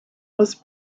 was